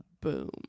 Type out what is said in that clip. Boom